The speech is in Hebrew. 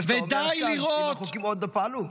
שאתה אומר עכשיו מפני שהחוקים עוד לא פעלו.